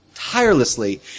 tirelessly